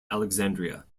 alexandria